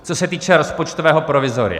Co se týče rozpočtového provizoria.